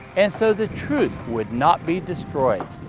and so the truth would not be destroyed.